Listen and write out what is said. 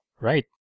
Right